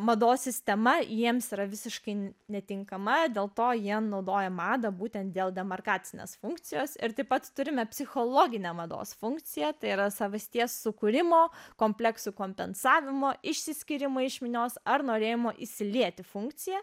mados sistema jiems yra visiškai n netinkamai dėl to jie naudoja madą būtent dėl demarkacinės funkcijos ir taip pat turime psichologinę mados funkciją tai yra savasties sukūrimo kompleksų kompensavimo išsiskyrimo iš minios ar norėjimo įsilieti funkcija